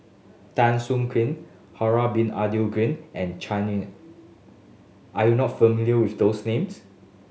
Tan Soo Khoon Harun Bin Abdul Ghani and Chua Nam are you not familiar with those names